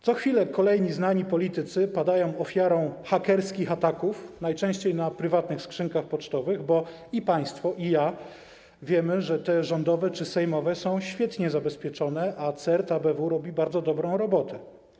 Co chwilę kolejni znani politycy padają ofiarą hakerskich ataków, najczęściej na prywatne skrzynki pocztowe, bo i państwo, i ja wiemy, że te rządowe czy sejmowe są świetnie zabezpieczone, a CERT-ABW robi bardzo dobrą robotę.